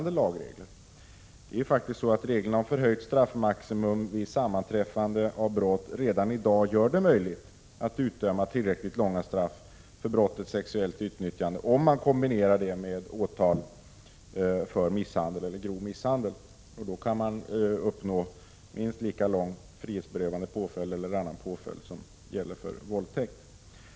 Det är faktiskt så att reglerna om förhöjt straffmaximum vid sammanträffande av brott redan i dag gör det möjligt att utdöma tillräckligt långa straff för brottet sexuellt utnyttjande, om man kombinerar det med åtal för misshandel eller grov misshandel. Då kan man uppnå minst lika lång frihetsberövande påföljd eller annan påföljd som gäller för våldtäkt.